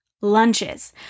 Lunches